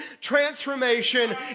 transformation